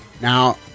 Now